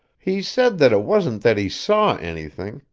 he said that it wasn't that he saw anything,